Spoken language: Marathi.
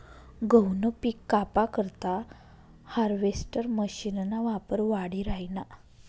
गहूनं पिक कापा करता हार्वेस्टर मशीनना वापर वाढी राहिना